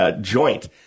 joint